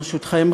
ברשותכם,